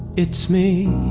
it's me